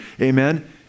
amen